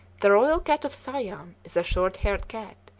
the royal cat of siam is a short-haired cat,